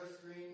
screen